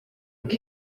kane